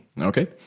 Okay